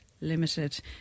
limited